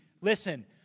listen